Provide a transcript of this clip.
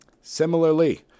Similarly